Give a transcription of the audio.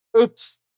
Oops